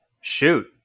Shoot